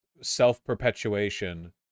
self-perpetuation